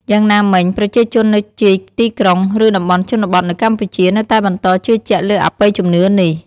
យ៉ាងណាមិញ ប្រជាជននៅជាយទីក្រុង ឬតំបន់ជនបទនៅកម្ពុជា នៅតែបន្តជឿជាក់លើអបិយជំនឿនេះ។